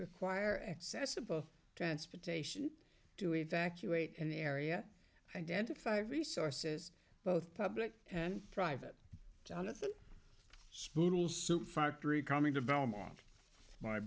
require accessible transportation to evacuate an area identify resources both public and private jonathan spittle sue factory coming to belmont